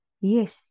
yes